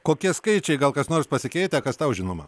kokie skaičiai gal kas nors pasikeitę kas tau žinoma